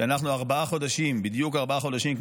כי אנחנו בדיוק ארבעה חודשים,